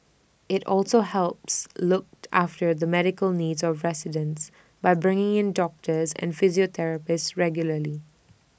IT also helps look after the medical needs of residents by bringing in doctors and physiotherapists regularly